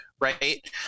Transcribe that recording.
right